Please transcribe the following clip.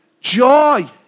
joy